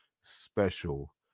special